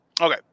okay